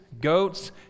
goats